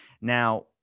Now